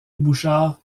bouchard